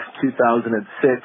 2006